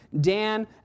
Dan